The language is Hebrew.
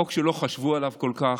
חוק שלא חשבו עליו כל כך.